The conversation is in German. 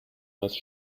meist